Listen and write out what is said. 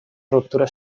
ruptura